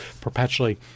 perpetually